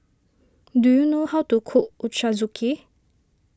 do you know how to cook Ochazuke